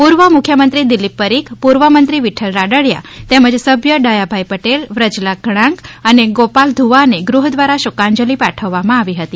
પૂર્વ મુખ્યમંત્રી દિલીપ પરીખ પૂર્વ મંત્રી વિઠ્ઠલ રાદડિયા તેમજ સભ્ય ડાહ્યાભાઈ પટેલ વ્રજલાલ ઘણાંક અને ગોપાલ ધૂવા ને ગૃહ દ્વારા શોકાંજલી પાઠવવા માં આવી હતી